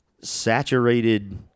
saturated